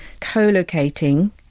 co-locating